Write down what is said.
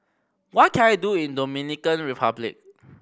what can I do in Dominican Republic